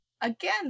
again